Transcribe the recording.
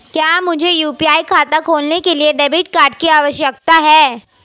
क्या मुझे यू.पी.आई खाता खोलने के लिए डेबिट कार्ड की आवश्यकता है?